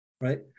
right